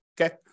Okay